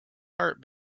heart